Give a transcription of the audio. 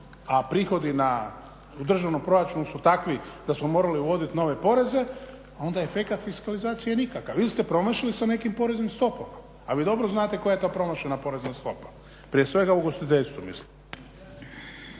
a prihodi u državnom proračunu su takvi da smo morali uvoditi nove poreze onda je efekat fiskalizacije nikakav. Ili ste promašili sa nekim poreznim stopama, a vi dobro znate koja je to promašena porezna stopa. Prije svega ugostiteljstvo mislim.